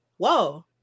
whoa